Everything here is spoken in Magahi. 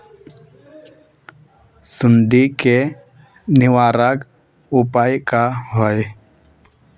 सुंडी के निवारक उपाय का होए?